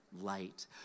light